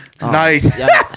Nice